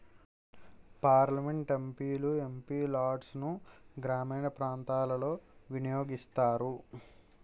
parliament MP లు MP లాడ్సును గ్రామీణ ప్రాంతాలలో వినియోగిస్తారు